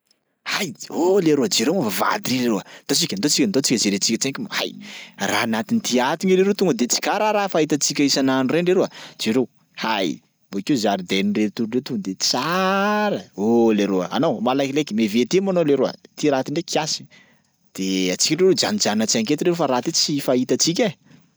Hay oh leroa jereo moa vahavady ry leroa ndao tsika ndao tsika ndao tsika jerentsika tsaiky moa hay! raha anatin'ty ato nge leroa tonga de tsy karaha raha fahitantsika isan'andro reny leroa, jereo hay! Bôkeo zaridain'reto olo reto to de tsara. Oh leroa anao malaikilaiky miavia aty moa anao leroa, ty raha ty ndraiky kiasy. De atsika leroa ijanonjanona tsaiky eto leroa fa raha ty tsy fahitantsika e.